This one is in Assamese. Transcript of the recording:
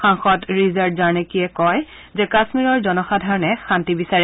সাংসদ ৰিজাৰ্ড জাৰ্নেকীয়ে কয় যে কাশ্মীৰৰ জনসাধাৰণে শান্তি বিচাৰে